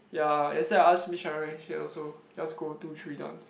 ya yesterday I asked Miss Sharon she also just go two three dance